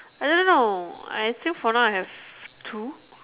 I don't know I still for now I have two